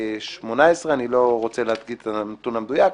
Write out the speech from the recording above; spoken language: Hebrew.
אני לא רוצה להגיד את הנתון המדויק,